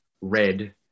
red